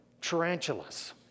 tarantulas